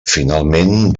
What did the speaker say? finalment